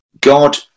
God